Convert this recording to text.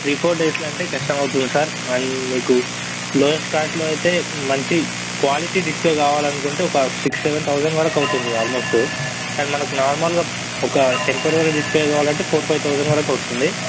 three four డేస్లో అంటే కష్టం అవుతుంది సార్ అండ్ మీకు లోవెస్ట్ కార్ట్లో అయితే మంచి క్వాలిటీ డిస్ప్లే కావాలనుకుంటే ఒక సిక్స్ సెవెన్ తౌజండ్ వరకు అవుతుంది ఆల్మోస్ట్ కానీ మనకు నార్మల్గా ఒక టెంపరరీ డిస్ప్లే కావాలంటే ఫోర్ ఫైవ్ తౌజండ్ వరకు అవుతుంది